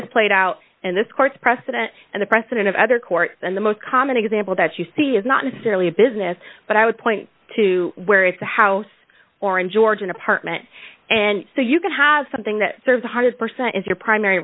is played out in this court's precedent and the precedent of other courts and the most common example that you see is not necessarily a business but i would point to where it's a house or in georgian apartment and so you can have something that serves one hundred percent as your primary